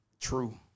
true